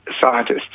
scientists